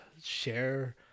share